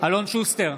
אלון שוסטר,